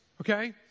okay